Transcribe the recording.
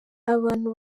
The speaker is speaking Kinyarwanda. abantu